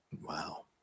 Wow